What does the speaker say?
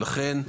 לכן,